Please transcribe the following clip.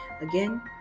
Again